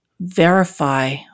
verify